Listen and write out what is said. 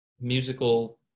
musical